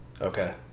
Okay